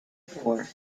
four